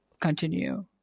continue